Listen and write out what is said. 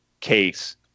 case